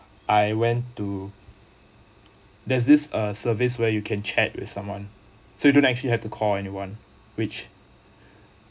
I went to there's this uh service where you can chat with someone so you don't actually have to call anyone which